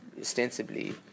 ostensibly